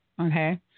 Okay